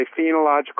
phenological